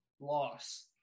loss